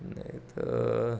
नाही तर